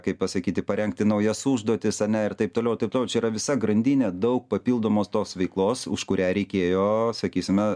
kaip pasakyti parengti naujas užduotis ane ir taip toliau tai čia yra visa grandinė daug papildomos tos veiklos už kurią reikėjo sakysime